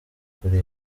kuri